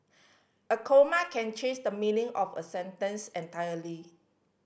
a comma can change the meaning of a sentence entirely